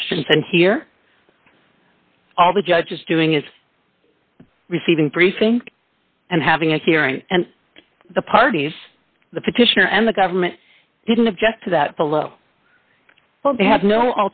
questions and hear all the judge is doing is receiving precinct and having a hearing and the parties the petitioner and the government didn't object to that below well they had no